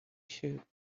shoot